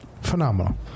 Phenomenal